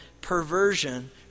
perversion